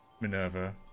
Minerva